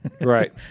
Right